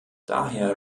daher